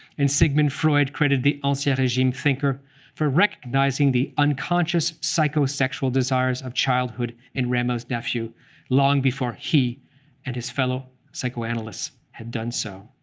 and sigmund freud credited the um ancien regime thinker for recognizing the unconscious psychosexual desires of childhood in rameau's nephew long before he and his fellow psychoanalysts had done so.